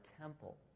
temple